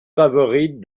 favorite